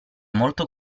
molto